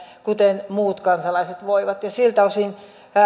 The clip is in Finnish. kuten muut kansalaiset voivat ja siltä osin